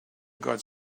got